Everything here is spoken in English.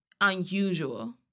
unusual